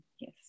yes